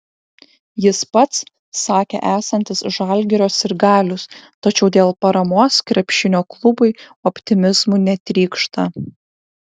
jis pats sakė esantis žalgirio sirgalius tačiau dėl paramos krepšinio klubui optimizmu netrykšta